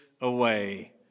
away